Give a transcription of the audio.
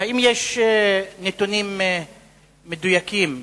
האם יש נתונים מדויקים?